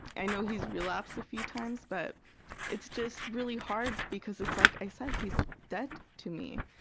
i know he's relapsed a few times. but it's just really hard because it's like i said, he's dead to me,